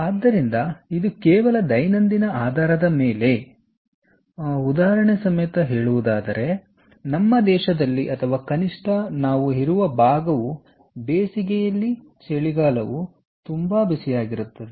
ಆದ್ದರಿಂದ ಇದು ಕೇವಲ ದೈನಂದಿನ ಆಧಾರದ ಮೇಲೆ ನಿಜವಲ್ಲ ಉದಾಹರಣೆಗೆ ಒಂದು ಕಾಲೋಚಿತ ವ್ಯತ್ಯಾಸವೂ ಇದೆ ಉದಾಹರಣೆಗೆ ನಮ್ಮ ದೇಶದಲ್ಲಿ ಅಥವಾ ಕನಿಷ್ಠ ನಾವು ಇರುವ ಭಾಗವು ಬೇಸಿಗೆಯಲ್ಲಿ ಚಳಿಗಾಲವು ತುಂಬಾ ಬಿಸಿಯಾಗಿರುತ್ತದೆ